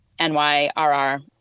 NYRR